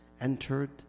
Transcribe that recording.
entered